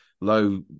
low